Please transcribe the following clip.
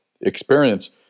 experience